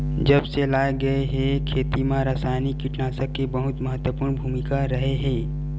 जब से लाए गए हे, खेती मा रासायनिक कीटनाशक के बहुत महत्वपूर्ण भूमिका रहे हे